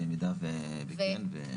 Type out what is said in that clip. עם ועדת החוקה,